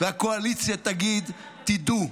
והקואליציה תגיד: תדעו,